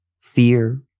fear